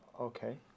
Okay